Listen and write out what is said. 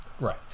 Right